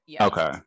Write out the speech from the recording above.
okay